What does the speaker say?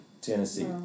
Tennessee